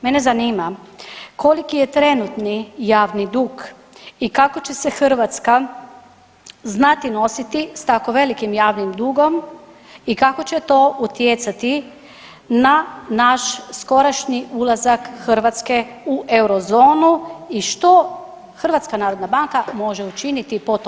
Mene zanima, koliki je trenutni javni dug i kako će se Hrvatska znati nositi s tako velikim javnim dugom i kako će to utjecati na naš skorašnji ulazak Hrvatske u eurozonu i što HNB može učiniti po tom pitanju?